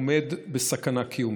עומד בסכנה קיומית,